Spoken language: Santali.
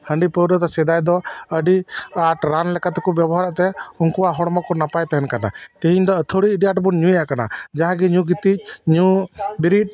ᱦᱟᱺᱰᱤᱼᱯᱟᱹᱣᱨᱟᱹ ᱫᱚ ᱥᱮᱫᱟᱭ ᱫᱚ ᱟᱹᱰᱤ ᱟᱴ ᱨᱟᱱ ᱞᱮᱠᱟ ᱛᱮᱠᱚ ᱵᱮᱵᱚᱦᱟᱨᱮᱫ ᱛᱟᱦᱮᱸᱫ ᱩᱱᱠᱩᱣᱟᱜ ᱦᱚᱲᱢᱚ ᱠᱚ ᱱᱟᱯᱟᱭ ᱛᱟᱦᱮᱱ ᱠᱟᱱ ᱛᱟᱦᱮᱸᱫ ᱛᱮᱦᱮᱧ ᱫᱚ ᱟᱹᱛᱷᱟᱹᱲᱤ ᱟᱹᱰᱤ ᱟᱴ ᱵᱚᱱ ᱧᱩᱭᱮᱫ ᱠᱟᱱᱟ ᱡᱟᱦᱟᱸᱭ ᱜᱮ ᱧᱩ ᱜᱤᱛᱤᱡ ᱧᱩ ᱵᱤᱨᱤᱫ